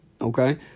Okay